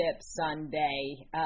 Sunday